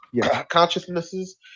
consciousnesses